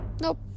nope